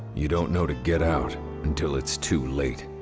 you don't know to get out until it's too late.